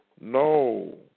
No